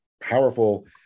powerful